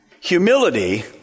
Humility